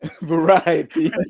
variety